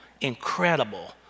incredible